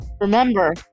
remember